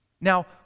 Now